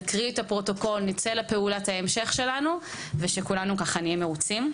שנקריא את הפרוטוקול ונצא משם לפעולות ההמשך שלנו ושכולנו נהיה מרוצים.